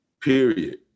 period